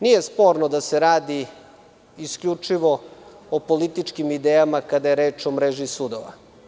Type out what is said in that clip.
Nije sporno da se radi isključivo o političkim idejama kada je reč o mreži sudova.